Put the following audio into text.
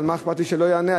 אבל מה אכפת לי שלא יענו,